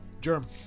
Germ